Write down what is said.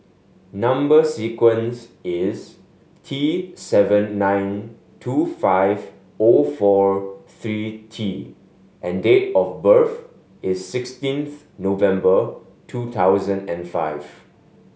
number sequence is T seven nine two five O four three T and date of birth is sixteens November two thousand and five